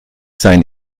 sein